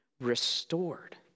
restored